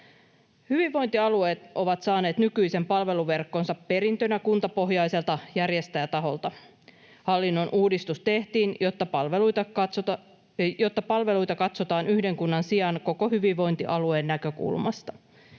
Hyvinvointialueet ovat saaneet nykyisen palveluverkkonsa perintönä kuntapohjaiselta järjestäjätaholta. Hallinnon uudistus tehtiin, jotta palveluita katsotaan yhden kunnan sijaan koko hyvinvointialueen näkökulmasta.